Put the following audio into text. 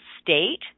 state